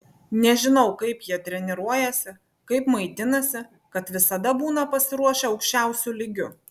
nežinau kaip jie treniruojasi kaip maitinasi kad visada būna pasiruošę aukščiausiu lygiu